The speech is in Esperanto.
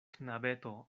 knabeto